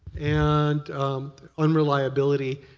and unreliability,